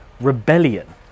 rebellion